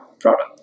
product